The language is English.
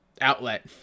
Outlet